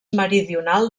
meridional